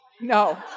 no